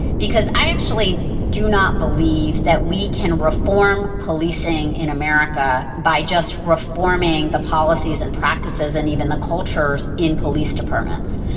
because i actually do not believe that we can reform policing in america by just reforming the policies and practices and even the cultures in police departments.